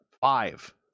five